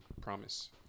promise